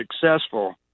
successful